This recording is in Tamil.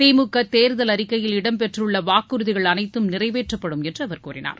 திமுக தேர்தல் அறிக்கையில் இடம்பெற்றுள்ள வாக்குறுதிகள் அனைத்தும் நிறைவேற்றப்படும் என்று அவர் கூறினார்